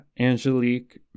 Angelique